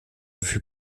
fut